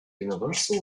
universal